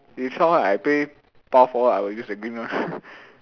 is somewhat I play power four ah but I will use the green one